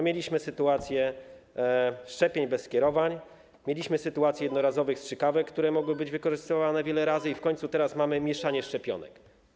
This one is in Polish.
Mieliśmy sytuację szczepień bez skierowań, mieliśmy sytuację jednorazowych strzykawek, które mogły być wykorzystywane wiele razy, i w końcu teraz mamy mieszanie szczepionek.